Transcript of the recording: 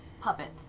puppets